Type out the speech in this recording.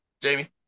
Jamie